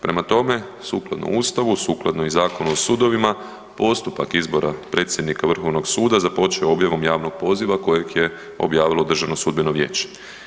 Prema tome, sukladno Ustavu, sukladno i Zakonu o sudovima, postupak izbora predsjednika Vrhovnog suda započeo je objavom javnog poziva kojeg je objavilo Državno sudbeno vijeće.